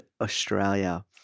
Australia